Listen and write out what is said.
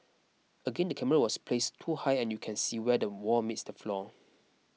again the camera was placed too high and you can see where the wall meets the floor